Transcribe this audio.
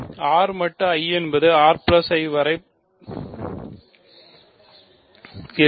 R மட்டு I என்பது R I என வரையறை படி இருக்கும்